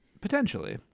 Potentially